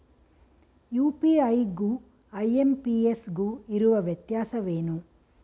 UPI ಗು IMPS ಗು ಇರುವ ವ್ಯತ್ಯಾಸವೇನು?